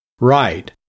Right